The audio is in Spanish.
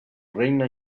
reina